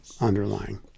underlying